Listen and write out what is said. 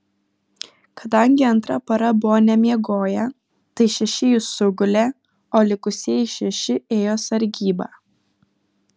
kadangi antra para buvo nemiegoję tai šeši jų sugulė o likusieji šeši ėjo sargybą